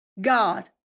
God